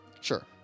Sure